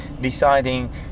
deciding